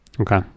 Okay